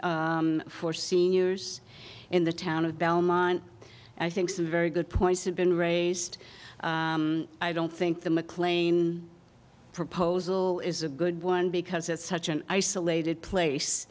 for seniors in the town of belmont i think some very good points have been raised i don't think the mcclane proposal is a good one because it's such an isolated place